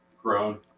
grown